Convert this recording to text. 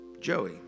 Joey